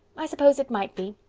i suppose it might be,